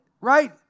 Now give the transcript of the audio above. right